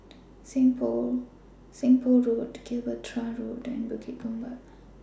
Seng Poh Road Gibraltar Road and Bukit Gombak